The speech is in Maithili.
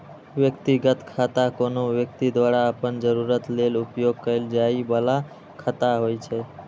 व्यक्तिगत खाता कोनो व्यक्ति द्वारा अपन जरूरत लेल उपयोग कैल जाइ बला खाता होइ छै